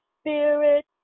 spirit